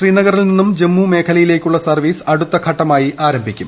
ശ്രീനഗറിൽ നിന്നും ജമ്മു മേഖലയിലേക്കുള്ള സർവ്വീസ് അടുത്ത ഘട്ടമായി ആരംഭിക്കും